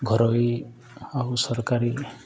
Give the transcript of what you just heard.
ଘରୋଇ ଆଉ ସରକାରୀ